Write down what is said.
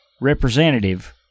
representative